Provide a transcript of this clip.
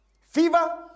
fever